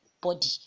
body